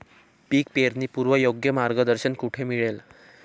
पीक पेरणीपूर्व योग्य मार्गदर्शन कुठे मिळेल?